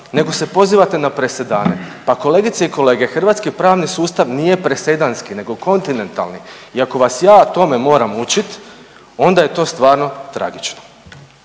nego se pozivate na presedane. Pa kolegice i kolege hrvatski pravni sustav nije presedanski nego kontinentalni i ako vas ja tome moram učiti onda je to stvarno tragično.